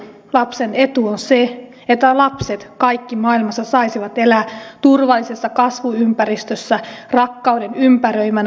lapsen etu on se että lapset kaikki maailmassa saisivat elää turvallisessa kasvuympäristössä rakkauden ympäröimänä